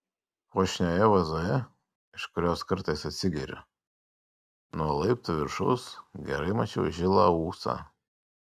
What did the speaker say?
puošnioje vazoje iš kurios kartais atsigeriu nuo laiptų viršaus gerai mačiau žilą ūsą